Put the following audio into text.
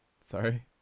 Sorry